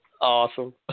Awesome